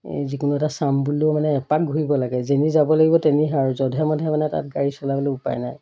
যিকোনো এটা চাম বুলিলেও মানে এপাক ঘূৰিব লাগে যেনি যাব লাগিব তেনিহে আৰু যধে মধে মানে তাত গাড়ী চলাবলৈ উপায় নাই